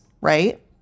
right